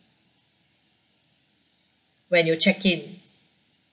when you check in